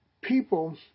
people